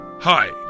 Hi